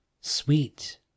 sweet